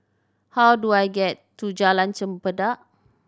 how do I get to Jalan Chempedak